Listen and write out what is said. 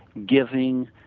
giving,